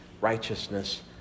righteousness